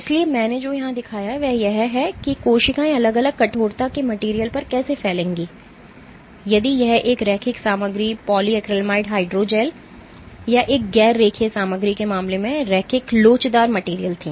इसलिए मैंने जो यहां दिखाया है वह यह है कि कोशिकाएं अलग अलग कठोरता की मटेरियल पर कैसे फैलेंगी यदि यह एक रैखिक सामग्री पॉलीक्रैलेमाइड हाइड्रोजेल या एक गैर रेखीय सामग्री के मामले में रैखिक लोचदार मटेरियल थी